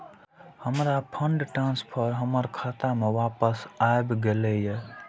हमर fund transfer हमर खाता में वापस आब गेल या